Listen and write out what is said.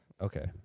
Okay